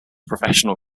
professional